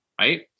right